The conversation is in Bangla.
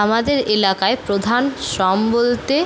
আমাদের এলাকায় প্রধান শ্রম বলতে